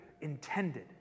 intended